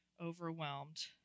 overwhelmed